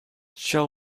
shall